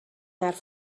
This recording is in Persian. حرف